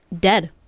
dead